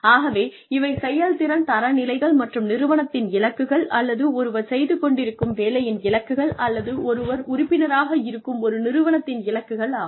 ஆகவே இவை செயல்திறன் தரநிலைகள் மற்றும் நிறுவனத்தின் இலக்குகள் அல்லது ஒருவர் செய்து கொண்டிருக்கும் வேலையின் இலக்குகள் அல்லது ஒருவர் உறுப்பினராக இருக்கும் ஒரு நிறுவனத்தின் இலக்குகள் ஆகும்